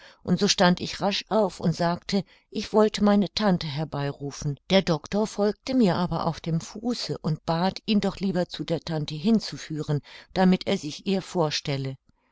und so stand ich rasch auf und sagte ich wollte meine tante herbei rufen der doctor folgte mir aber auf dem fuße und bat ihn doch lieber zu der tante hinzuführen damit er sich ihr vorstelle